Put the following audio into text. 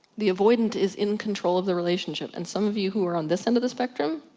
the avoidant is in control of the relationship. and some of you who are on this end of the spectrum,